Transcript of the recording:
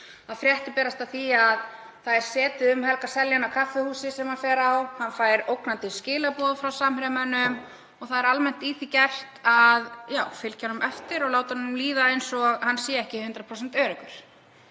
að fréttir berast af því að setið sé um Helga Seljan á kaffihúsi sem hann er á; hann fær ógnandi skilaboð frá Samherjamönnum og það er almennt í því gert að fylgja honum eftir og láta honum líða eins og hann sé ekki hundrað